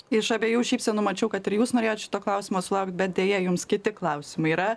iš abiejų šypsenų mačiau kad ir jūs norėjot šito klausimo sulaukt bet deja jums kiti klausimai yra